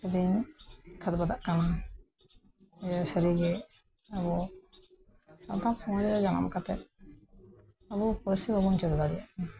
ᱨᱤᱧ ᱠᱷᱟᱫᱽ ᱵᱟᱫᱟᱜ ᱠᱟᱱᱟ ᱤᱭᱟᱹ ᱥᱟᱨᱤᱜᱮ ᱟᱵᱚ ᱱᱚᱝᱠᱟᱱ ᱥᱩᱢᱟᱹᱭ ᱡᱟᱱᱟᱢ ᱠᱟᱛᱮᱫ ᱟᱵᱚ ᱯᱟᱹᱨᱥᱤ ᱵᱟᱵᱚᱱ ᱪᱟᱹᱞᱩ ᱫᱟᱲᱮᱭᱟᱜ ᱠᱟᱱᱟ